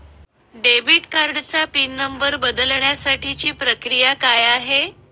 Debit कार्डचा PIN number बदलण्यासाठीची प्रक्रिया काय आहे?